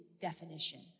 definition